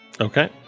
Okay